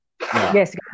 yes